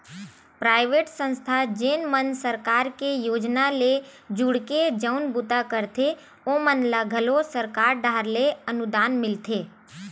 private संस्था जेन मन सरकार के योजना ले जुड़के जउन बूता करथे ओमन ल घलो सरकार डाहर ले अनुदान मिलथे